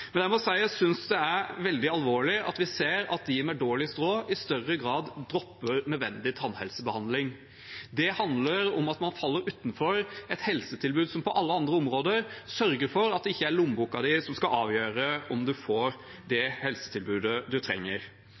Jeg synes det er veldig alvorlig at vi ser at de med dårligst råd i større grad dropper nødvendig tannhelsebehandling. Det handler om at man faller utenfor et helsetilbud som på alle andre områder sørger for at det ikke er lommeboka di som skal avgjøre om en får det helsetilbudet en trenger.